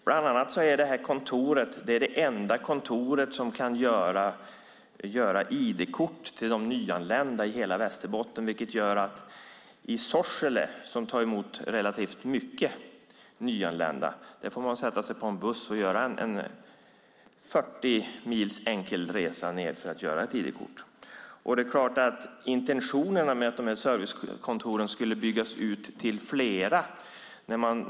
Bland annat är kontoret i Umeå det enda som kan göra ID-kort till nyanlända i hela Västerbotten. Det betyder att om man befinner sig i Sorsele, som tar emot relativt många nyanlända, får man sätta sig på en buss och göra en enkel resa på 40 mil till Umeå för att få ett ID-kort gjort.